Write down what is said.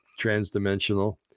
transdimensional